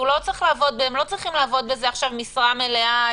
הם לא צריכים לעבוד בזה עכשיו במשרה מלאה,